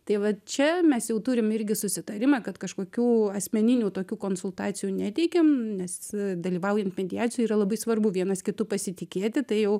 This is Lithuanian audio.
tai vat čia mes jau turim irgi susitarimą kad kažkokių asmeninių tokių konsultacijų neteikiam nes dalyvaujant mediacijoj yra labai svarbu vienas kitu pasitikėti tai jau